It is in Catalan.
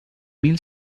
mil